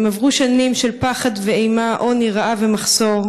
הם עברו שנים של פחד ואימה, עוני, רעב ומחסור,